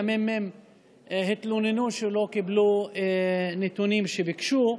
מהממ"מ התלוננו שלא קיבלו נתונים שביקשו.